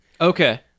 okay